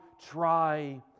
try